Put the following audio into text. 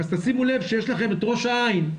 אז תשימו לב שיש לכם את ראש העין,